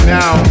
now